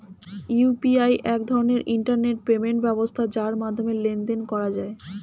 UPI এক ধরনের internet payment ব্যবস্থা যার মাধ্যমে লেনদেন করা যায়